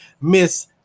Miss